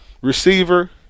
receiver